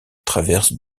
traverse